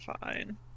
fine